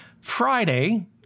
Friday